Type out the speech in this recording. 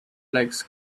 legs